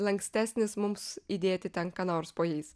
lankstesnis mums įdėti ten ką nors po jais